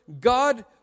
God